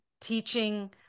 teaching